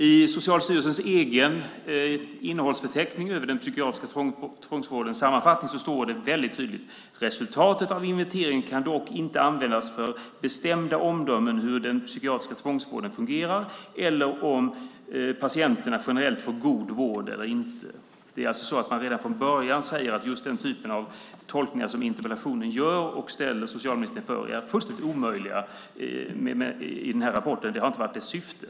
I Socialstyrelsens egen innehållsförteckning över den psykiatriska tvångsvården står det i sammanfattningen väldigt tydligt: Resultatet av en inventering kan dock inte användas för bestämda omdömen om hur den psykiatriska tvångsvården fungerar eller om patienterna generellt får god vård eller inte. Det är alltså så att man redan från början säger att just den typen av tolkningar som görs i interpellationen och som socialministern ställs inför är fullständigt omöjliga att göra enligt denna rapport. Det har inte varit dess syfte.